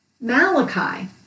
Malachi